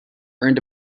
earned